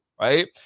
Right